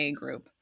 group